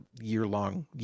year-long